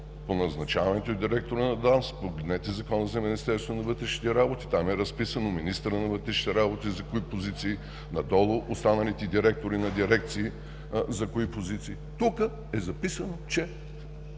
по назначаването е директорът на ДАНС. Погледнете Закона за Министерството на вътрешните работи – там е разписано, министърът на вътрешните работи за кои позиции, надолу останалите директори на дирекции за кои позиции. Тук е записано, че